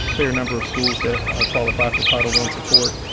fair number of schools that qualify for title one support,